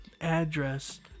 address